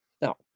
Now